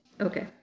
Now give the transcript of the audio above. Okay